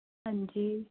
ਹਾਂਜੀ